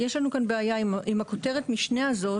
יש לנו כאן בעיה עם כותרת המשנה הזאת,